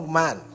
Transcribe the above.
man